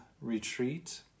retreat